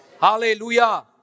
Hallelujah